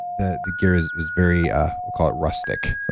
the the gear is is very, ah we'll call it rustic.